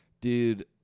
Dude